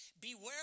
Beware